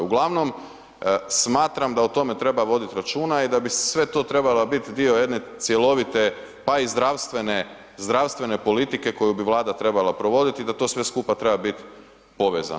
Uglavnom, smatram da o tome treba voditi računa i da bi sve to trebala biti dio jedne cjelovite, pa i zdravstvene politike koju bi Vlada trebala provoditi i da to sve skupa treba biti povezano.